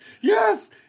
Yes